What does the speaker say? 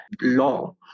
law